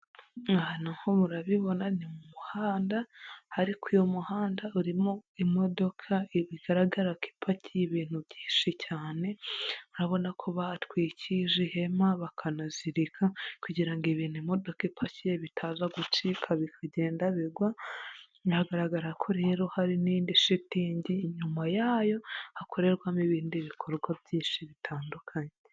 Aha na ho murabibona ni mu muhanda ariko uyu muhanda urimo imodoka bigaragara ko ipakiye ibintu byinshi cyane, urabona ko bahatwikirije ihema bakanazirika kugira ngo ibintu imodoka ipakiye bitaza gucika bikagenda bigwa, biragaragara ko rero hari n'indi shitingi, inyuma yayo hakorerwamo ibindi bikorwa byinshi bitandukanye.